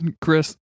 Chris